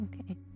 okay